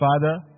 Father